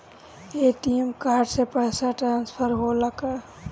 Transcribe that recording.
ATM card से पैसा transfer होला का?